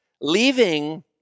leaving